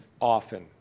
often